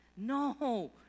No